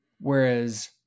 Whereas